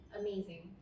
amazing